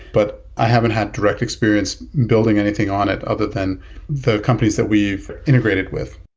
but i haven't had direct experience building anything on it other than the companies that we've integrated with.